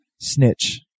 Snitch